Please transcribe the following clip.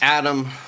Adam